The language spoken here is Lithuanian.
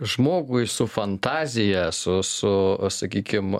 žmogui su fantazija su su sakykim